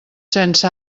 sense